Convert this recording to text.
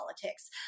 politics